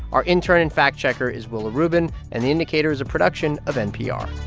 our intern and fact checker is willa rubin. and the indicator is a production of npr